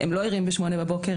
הם לא ערים בשמונה בבוקר,